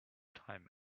time